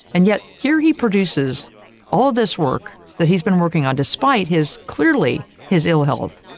and yet here he produces all this work that he's been working on despite his clearly his ill health.